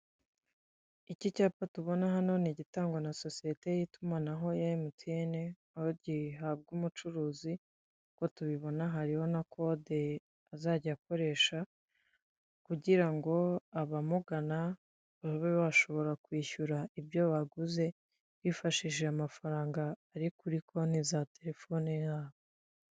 iki cyapa tubona hano ni igitangwa na sosiyete y'itumanaho ya MTN ,aho gihabwa umucuruzi nk'uko tubibona hariho na code azajya akoresha kugira ngo abamugana babe bashobora kwishyura ibyo baguze bifashishije amafaranga ari kuri konti za telefone zabo.